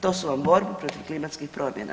To su vam borbe protiv klimatskih promjena.